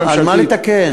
על מה לתקן?